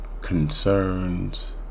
Concerns